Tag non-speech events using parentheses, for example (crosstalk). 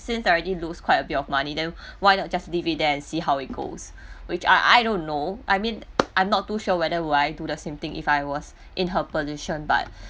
since I already loose quite a bit of money then why not just leave it there and see how it goes (breath) which I I don't know I mean (noise) I'm not too sure whether would I do the same thing if I was in her position but